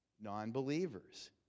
non-believers